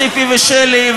ציפי ושלי,